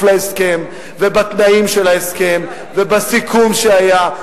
להסכם ובתנאים של ההסכם ובסיכום שהיה.